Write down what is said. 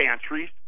pantries